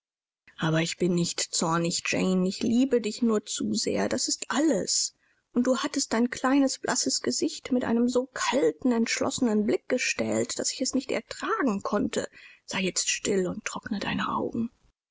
aber ich bin nicht zornig jane ich liebe dich nur zu sehr das ist alles und du hattest dein kleines blasses gesicht mit einem so kalten entschlossenen blick gestählt daß ich es nicht ertragen konnte sei jetzt still und trockne deine augen